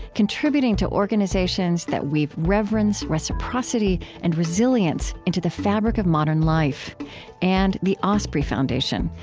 contributing to organizations that weave reverence, reciprocity, and resilience into the fabric of modern life and the osprey foundation,